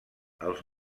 els